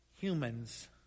humans